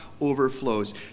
overflows